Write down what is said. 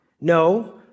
no